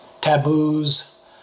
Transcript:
taboos